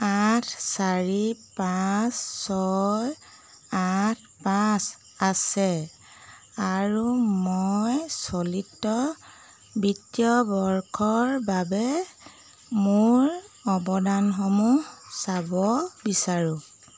আঠ চাৰি পাঁচ ছয় আঠ পাঁচ আছে আৰু মই চলিত বিত্তীয় বৰ্ষৰ বাবে মোৰ অৱদানসমূহ চাব বিচাৰো